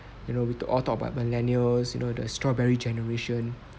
you know with all talk about millennials you know the strawberry generation